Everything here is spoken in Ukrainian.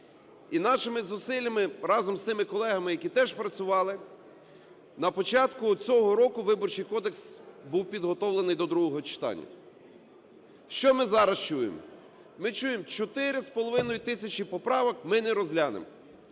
і нашими зусиллями разом з тими колегами, які теж працювали, на початку цього року Виборчий кодекс був підготовлений до другого читання. Що ми зараз чуємо? Ми чуємо: 4,5 тисячі поправок ми не розглянемо.